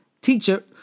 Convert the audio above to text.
Teacher